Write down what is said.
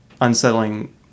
unsettling